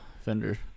fender